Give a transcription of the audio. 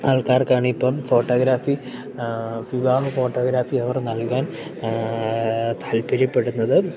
ആൾക്കാർക്കാണിപ്പം photography വിവാഹ photography അവർ നൽകാൻ താല്പര്യപ്പെടുന്നത്